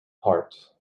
part